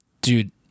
dude